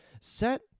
Set